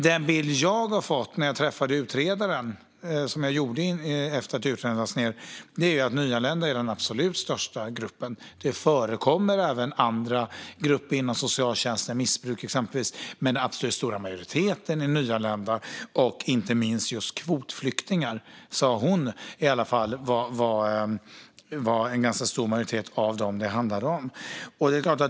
Den bild jag fick när jag träffade utredaren, vilket jag gjorde efter att utredningen lades ned, är att nyanlända är den absolut största gruppen. Det förekommer även andra grupper inom socialtjänsten, människor med ett missbruk exempelvis, men den stora majoriteten är nyanlända. Inte minst just kvotflyktingar sa hon var en ganska stor majoritet av dem det handlade om.